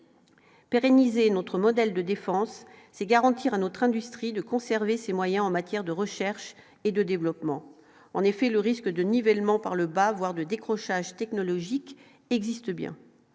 Pérenniser notre modèle de défense, c'est garantir à notre industrie de conserver ses moyens en matière de recherche et de développement, en effet, le risque de nivellement par le bas, voire de décrochage technologique existe bien,